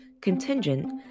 contingent